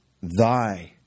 thy